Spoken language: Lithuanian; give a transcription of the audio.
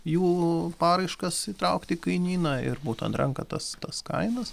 jų paraiškas įtraukt į kainyną ir būtent renka tas tas kainas